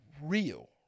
real